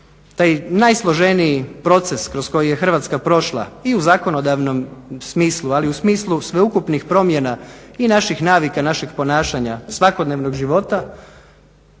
taj najsloženiji proces kroz koji je Hrvatska prošla i u zakonodavnom smislu, ali i u smislu sveukupnih promjena i naših navika, našeg ponašanja, svakodnevnog života,